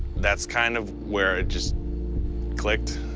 that's kind of where it just clicked.